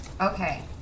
Okay